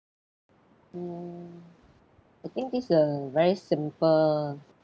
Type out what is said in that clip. um I think this is a very simple